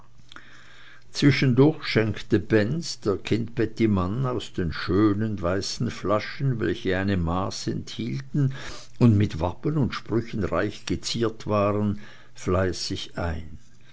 zwischendurch schenkte benz der kindbettimann aus den schönen weißen flaschen welche eine maß enthielten und mit wappen und sprüchen reich geziert waren fleißig ein